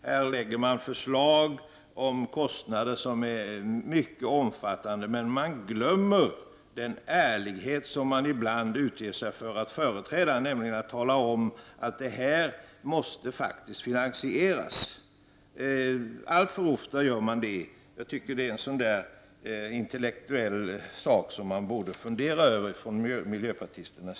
Här lägger man fram förslag om mycket omfattande kostnader men man glömmer bort den ärlighet som man ofta utger sig för att företräda. Man talar inte om att det faktiskt också måste finansieras. Alltför ofta gör man så. Jag tycker att det är en intellektuell sak som miljöpartisterna borde fundera över.